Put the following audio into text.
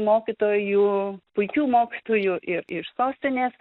mokytojų puikių mokytojų ir iš sostinės